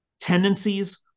tendencies